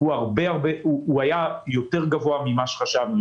היה גבוה יותר ממה שחשבנו.